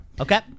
Okay